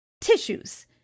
tissues